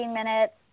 minutes